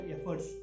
efforts